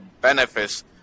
benefits